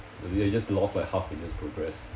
you just lost like half a year's progress